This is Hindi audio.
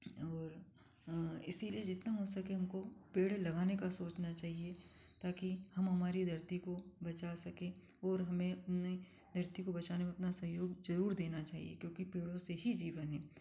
और इसीलिए जितना हो सके हमको पेड़ लगाने का सोचना चाहिए ताकि हम हमारी धरती को बचा सकें और हमें धरती को बचाने में अपना सहयोग जरुर देना चाहिए क्योंकि पेड़ों से ही जीवन है